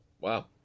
Wow